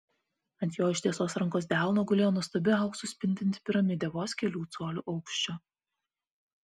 ant jo ištiestos rankos delno gulėjo nuostabi auksu spindinti piramidė vos kelių colių aukščio